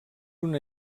una